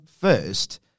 first